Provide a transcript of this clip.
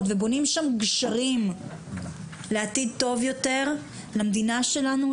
ובונים שם גשרים לעתיד טוב יותר למדינה שלנו,